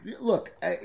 Look